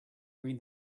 read